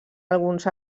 alguns